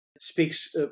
speaks